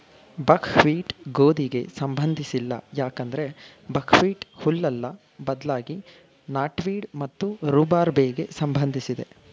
ಬಕ್ wheat ಗೋಧಿಗೆ ಸಂಬಂಧಿಸಿಲ್ಲ ಯಾಕಂದ್ರೆ ಬಕ್ಹ್ವೀಟ್ ಹುಲ್ಲಲ್ಲ ಬದ್ಲಾಗಿ ನಾಟ್ವೀಡ್ ಮತ್ತು ರೂಬಾರ್ಬೆಗೆ ಸಂಬಂಧಿಸಿದೆ